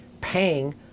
paying